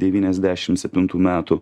devyniasdešim septintų metų